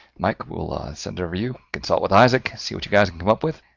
mike, will ah send over, you consult with isaac, see what you guys come up with,